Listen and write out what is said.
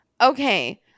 Okay